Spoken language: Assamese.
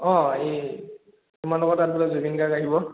অ' এই তোমালোকৰ তাত বোলে জুবিন গাৰ্গ আহিব